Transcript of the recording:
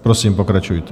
Prosím, pokračujte.